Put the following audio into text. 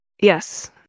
Yes